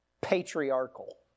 patriarchal